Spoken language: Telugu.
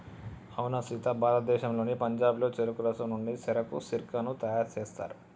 అవునా సీత భారతదేశంలోని పంజాబ్లో చెరుకు రసం నుండి సెరకు సిర్కాను తయారు సేస్తారు